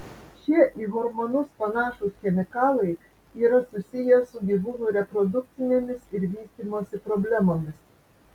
šie į hormonus panašūs chemikalai yra susiję su gyvūnų reprodukcinėmis ir vystymosi problemomis